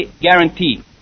guarantee